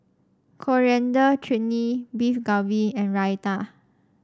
Coriander Chutney Beef Galbi and Raita